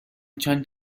چند